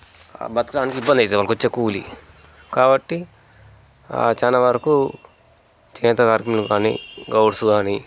బతకడానికి ఇబ్బంది అవుతోంది వారికొచ్చే కూలి కాబట్టి చాలా వరకు చేనేత కార్మికులు గానీ గౌడ్స్ గానీ